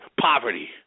poverty